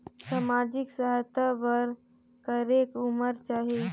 समाजिक सहायता बर करेके उमर चाही?